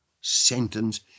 sentence